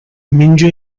menja